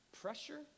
pressure